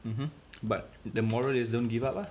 mmhmm but the moral is don't give up ah